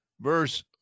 Verse